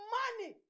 money